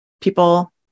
people